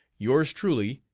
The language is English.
yours truly,